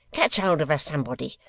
catch hold of her, somebody.